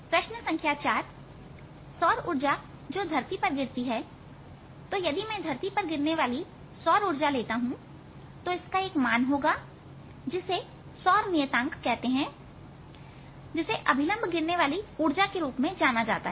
प्रश्न संख्या 4 सौर ऊर्जा जो धरती पर गिरती है तो यदि मैं धरती पर गिरने वाली सौर ऊर्जा लेता हूं तो इसका एक मान होगा जिससे सौर नियतांक कहते हैंजिसे अभिलंब गिरने वाली ऊर्जा के रूप में बताया जाता है